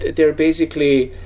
they're basically,